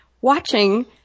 watching